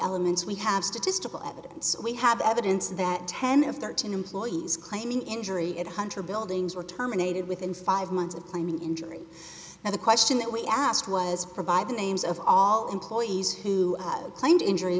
elements we have statistical evidence we have evidence that ten of thirteen employees claiming injury at hunter buildings were terminated within five months of claiming injury and the question that we asked was provide the names of all employees who had claimed injury